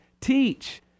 teach